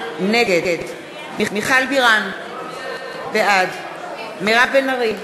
נגד מיכל בירן, בעד מירב בן ארי,